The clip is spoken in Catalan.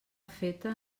feta